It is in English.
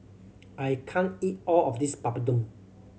I can't eat all of this Papadum